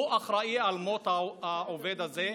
אחראי למות העובד הזה,